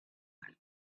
one